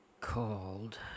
called